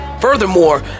Furthermore